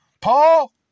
Paul